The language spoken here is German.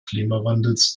klimawandels